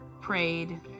prayed